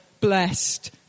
blessed